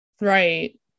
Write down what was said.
Right